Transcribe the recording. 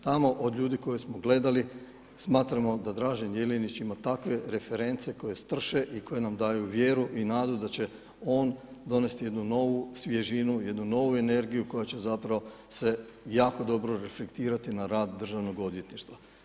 Tamo od ljudi koje smo gledali, smatramo da Dražen Jelinić ima takve reference koje strše i koje nam daju vjeru i nadu da će on donesti jednu novu svježinu, jednu novu energiju koja će zapravo se jako dobro reflektirati na rad Državnog odvjetništva.